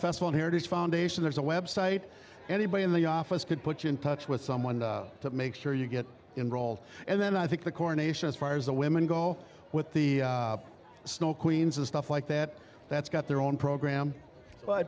festival heritage foundation there's a website anybody in the office could put you in touch with someone to make sure you get in role and then i think the coronation as far as the women go with the snow queens and stuff like that that's got their own program but